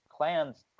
Clans